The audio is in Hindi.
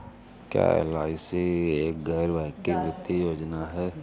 क्या एल.आई.सी एक गैर बैंकिंग वित्तीय योजना है?